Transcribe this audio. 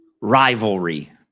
rivalry